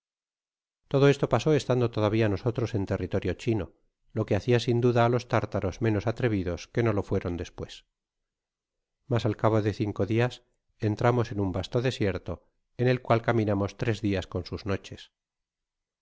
todo esto pasó estando todavia nosotros en territorio chino lo que hacia sin duda á los tartaros menos atrevidos que no lo fueron despues mas al cabo de cinco dias entramos en un vasto desierto en el cual caminamos tres dias con sus noches